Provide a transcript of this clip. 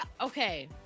okay